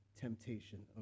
temptation